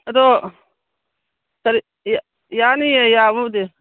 ꯑꯗꯣ ꯌꯥꯅꯤꯌꯦ ꯌꯥꯕꯕꯨꯗꯤ